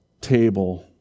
table